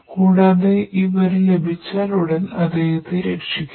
കൂടാതെ ഈ വിവരം ലഭിച്ചാലുടൻ അദ്ദേഹത്തെ രക്ഷിക്കാം